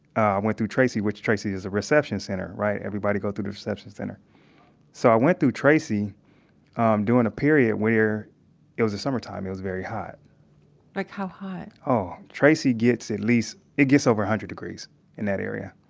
i went through tracy which tracy is a reception center, right? everybody goes through the reception center so i went through tracy um during a period where it was the summer time, it was very hot like how hot? oh, tracy gets at least it gets over one hundred degrees in that area,